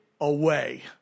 away